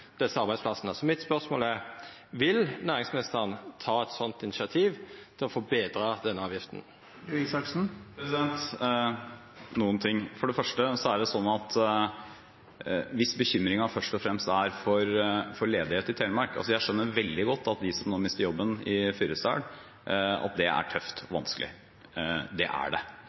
Mitt spørsmål er: Vil næringsministeren ta eit slikt initiativ til å forbetra denne avgifta? Hvis bekymringen først og fremst er for ledighet i Telemark – og jeg skjønner veldig godt at for dem som nå mister jobben i Fyresdal, er det tøft og vanskelig, det er det